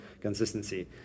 consistency